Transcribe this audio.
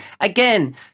Again